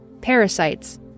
Parasites